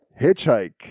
Hitchhike